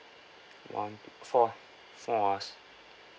one two four four of us